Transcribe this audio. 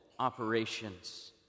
operations